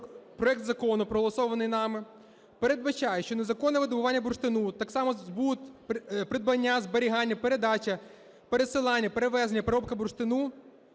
проект закону, проголосований нами, передбачає, що незаконне видобування бурштину, так само збут, придбання, зберігання, передача, пересилання, перевезення, переробка бурштину